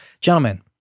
gentlemen